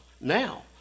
now